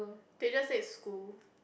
they just said school